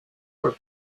for